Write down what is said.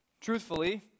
Truthfully